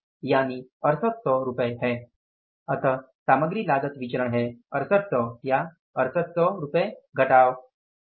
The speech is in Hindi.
इसलिए सामग्री लागत विचरण है 6800 या 6800 रुपये घटाव 6513 है